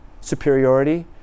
superiority